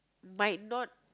might not